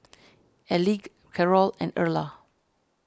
Elige Carrol and Erla